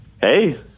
Hey